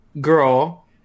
girl